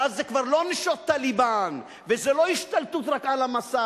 ואז זה כבר לא "נשות טליבאן" וזו לא השתלטות רק על המסך